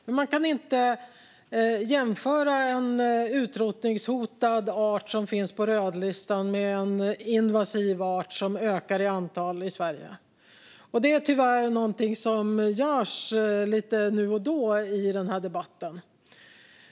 Men man kan inte jämföra en utrotningshotad art som finns på rödlistan med en invasiv art som ökar i antal i Sverige. Detta görs tyvärr lite nu och då i denna debatt.